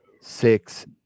six